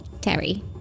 Terry